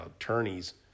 attorneys